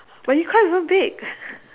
but you can't even bake